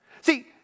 See